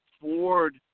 Ford